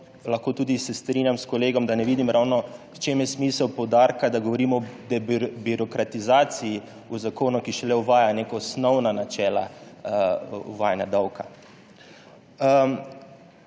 lahko tudi strinjam s kolegom, da ne vidim ravno, v čem je smisel poudarka, da govorimo o debirokratizaciji, v zakonu, ki šele uvaja neka osnovna načela uvajanja davka.